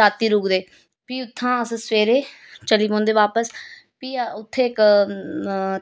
रातीं रुकदे फ्ही उत्थां अस सवेरे चली पौंदे बापस फ्ही अस उत्थें इक